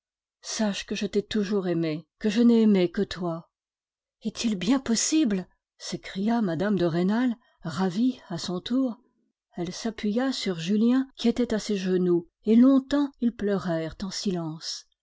sache que je t'ai toujours aimée que je n'ai aimé que toi est-il bien possible s'écria mme de rênal ravie à son tour elle s'appuya sur julien qui était à ses genoux et longtemps ils pleurèrent en silence